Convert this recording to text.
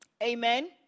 Amen